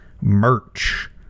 merch